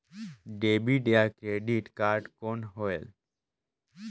Debit या credit card कौन होएल?